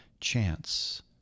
chance